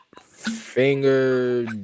finger